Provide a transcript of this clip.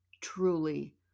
truly